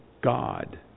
god